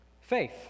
faith